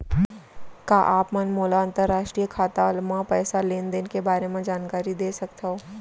का आप मन मोला अंतरराष्ट्रीय खाता म पइसा लेन देन के बारे म जानकारी दे सकथव?